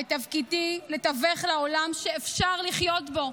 ותפקידי לתווך לה עולם שאפשר לחיות בו,